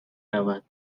رود